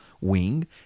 wing